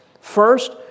First